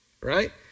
right